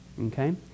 Okay